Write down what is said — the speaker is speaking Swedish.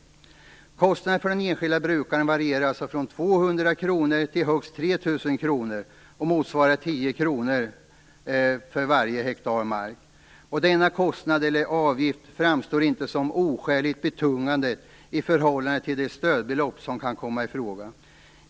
Kostnaden för den enskilde brukaren varierar alltså mellan 200 kr till högst Denna kostnad eller avgift framstår inte som oskäligt betungande i förhållande till det stödbelopp som kan komma i fråga.